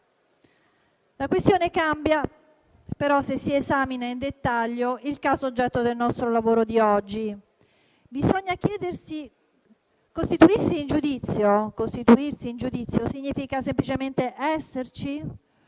La questione cambia, però, se si esamina in dettaglio il caso oggetto del nostro lavoro di oggi. Bisogna chiedersi: costituirsi in giudizio significa semplicemente esserci